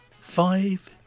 five